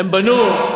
הם בנו,